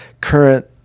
current